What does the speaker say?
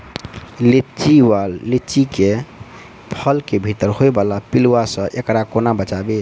लिच्ची वा लीची केँ फल केँ भीतर होइ वला पिलुआ सऽ एकरा कोना बचाबी?